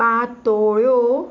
पातोळ्यो